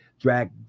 drag